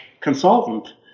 consultant